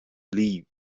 leave